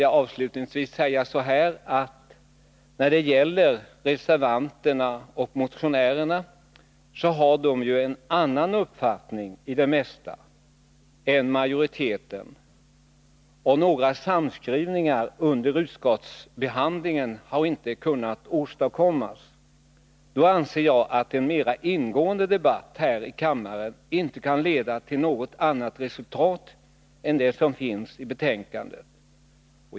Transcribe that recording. Avslutningsvis skulle jag vilja säga att reservanterna och motionärerna i det mesta har en annan uppfattning än utskottsmajoriteten. Några samskrivningar har inte kunnat åstadkommas under utskottsbehandlingen. Därför anser jag att en mer ingående debatt här i kammaren inte kan leda till något annat resultat än det som finns redovisat i betänkandet.